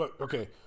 Okay